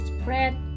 spread